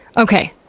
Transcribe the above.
okay,